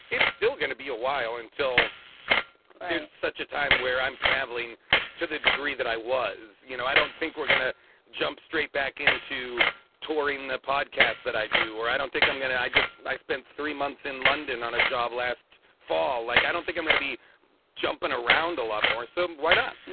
it's still going to be a while until there's such a time where i'm traveling to the degree that i was you know, i don't think we're going to jump straight back into touring the podcast that i do or i don't think i'm going to. i just i spent three months in london on a job last fall. like, i don't think i'm going to be jumping around a lot more. so why not?